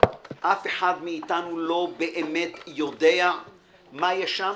אף אחד מאיתנו לא באמת יודע מה יש שם,